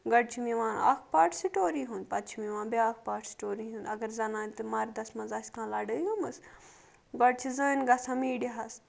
گۄڈٕ چھُم یوان اَکھ پارٹ سٹوری ہُنٛد پَتہٕ چھُم یوان بٛیاکھ پارٹ سٹوری ہُنٛد اگر زَنان تہِ مَردَس منٛز آسہِ کانٛہہ لَڑٲے گٔمٕژ گۄڈٕ چھِ زٔنۍ گژھان میٖڈیاہَس